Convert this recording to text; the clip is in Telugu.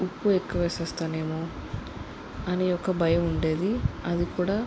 ఉప్పు ఎక్కువ వేసేస్తానేమో అని ఒక భయం ఉండేది అది కూడా